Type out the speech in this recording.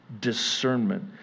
discernment